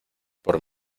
por